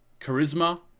charisma